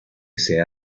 ese